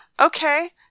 Okay